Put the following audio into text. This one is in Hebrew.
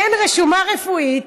הן רשומה רפואית,